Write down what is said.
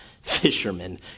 fishermen